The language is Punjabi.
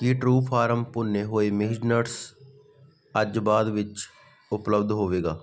ਕੀ ਟਰਉਫਾਰਮ ਭੁੰਨੇ ਹੋਏ ਮਿਕਸਡ ਨਟਸ ਅੱਜ ਬਾਅਦ ਵਿੱਚ ਉਪਲੱਬਧ ਹੋਵੇਗਾ